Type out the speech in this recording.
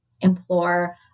implore